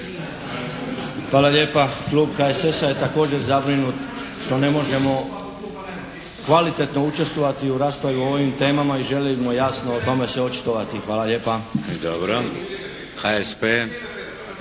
Hvala lijepa. Klub HSS-a je također zabrinut što ne možemo kvalitetno učestvovati u raspravi o ovim temama i želimo jasno o tome se očitovati. Hvala lijepa. **Šeks,